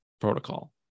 protocol